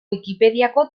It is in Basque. wikipediako